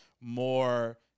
more